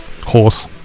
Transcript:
Horse